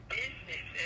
business